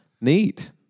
Neat